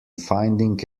finding